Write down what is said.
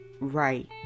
right